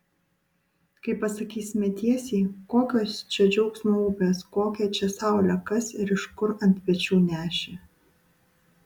kai pasakysime tiesiai kokios čia džiaugsmo upės kokią čia saulę kas ir iš kur ant pečių nešė